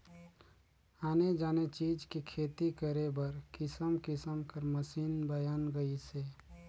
आने आने चीज के खेती करे बर किसम किसम कर मसीन बयन गइसे